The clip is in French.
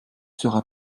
sera